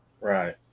right